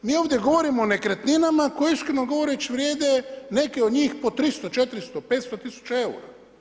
Mi ovdje govorimo o nekretninama koje iskreno govoreći vrijede neke od njih po 300, 400, 500 tisuća eura.